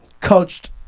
coached